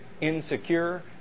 insecure